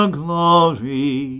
glory